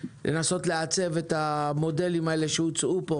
לנסות לעצב את המודלים האלה שהוצעו פה